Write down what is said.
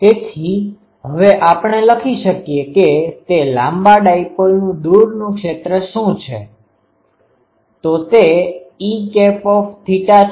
તેથી હવે આપણે લખી શકીએ કે તે લાંબા ડાયપોલનું દૂરનુ ક્ષેત્ર શું છે તો તે E છે